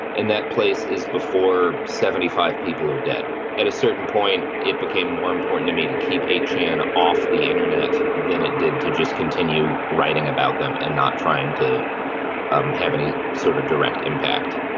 and that place is before seventy five people are dead at a certain point it became more important to me to keep a channel off the internet than it did to just continue writing about them and not trying to um have any sort of direct impact.